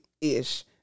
ish